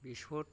बेसर